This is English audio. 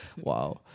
Wow